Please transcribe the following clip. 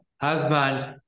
husband